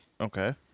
Okay